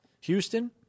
Houston